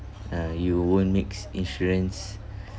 uh you won't mix insurance